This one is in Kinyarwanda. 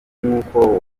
nk’uko